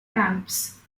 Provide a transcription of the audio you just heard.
alps